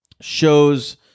shows